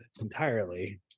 entirely